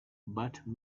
but